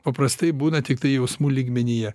paprastai būna tiktai jausmų lygmenyje